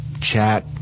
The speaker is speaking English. chat